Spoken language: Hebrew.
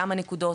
כמה נקודות,